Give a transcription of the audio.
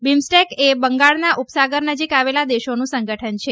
BIMSTEC એ બે બંગાળના ઉપસાગર નજીક આવેલા દેશોનું સંગઠન છે